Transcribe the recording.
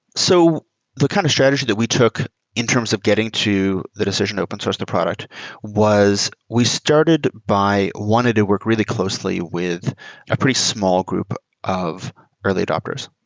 so the kind of strategy that we took in terms of getting to the decision to open source the product was we started by wanted to work really closely with a pretty small group of early adapters,